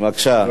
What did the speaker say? תודה רבה.